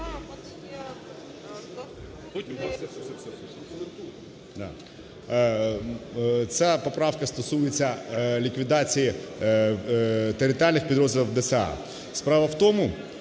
Ця поправка стосується ліквідації територіальних підрозділів ДСА. Справа в тому,